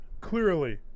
clearly